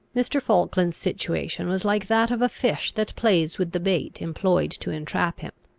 mr. falkland's situation was like that of a fish that plays with the bait employed to entrap him.